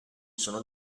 sono